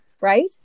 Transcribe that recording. right